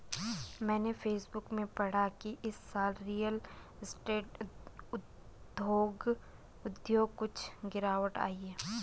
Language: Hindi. मैंने फेसबुक में पढ़ा की इस साल रियल स्टेट उद्योग कुछ गिरावट आई है